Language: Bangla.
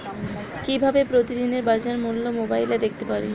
কিভাবে প্রতিদিনের বাজার মূল্য মোবাইলে দেখতে পারি?